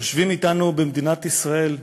יושבים אתנו במדינת ישראל,